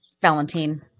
Valentine